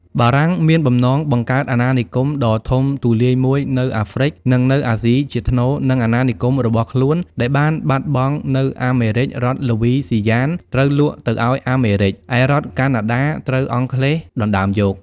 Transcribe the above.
បារាំងមានបំណងបង្កើតអាណានិគម ដ៏ធំទូលាយមួយនៅ អាហ្វ្រិច និងនៅអាស៊ីជាថ្នូរ នឹង អាណានិគមរបស់ខ្លួនដែលបានបាត់បង់នៅអាមេរិករដ្ឋល្វីស៊ីយ៉ានត្រូវលក់ទៅឱ្យអាមេរិក ឯរដ្ឋកាណាដាត្រូវអង់គ្លេសដណ្ដើមយក។